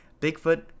Bigfoot